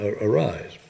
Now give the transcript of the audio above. arise